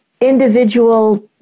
individual